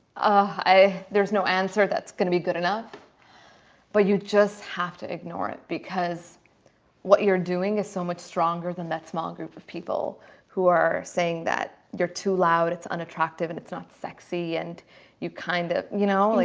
ah, there's no answer that's gonna be good enough but you just have to ignore it because what you're doing is so much stronger than that small group of people who are saying that you're too loud it's unattractive and it's not sex see and you kind of you know,